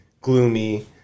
gloomy